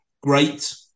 great